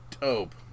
dope